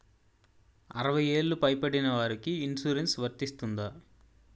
అరవై ఏళ్లు పై పడిన వారికి ఇన్సురెన్స్ వర్తిస్తుందా?